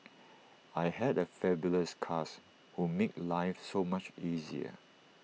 I had A fabulous cast who made life so much easier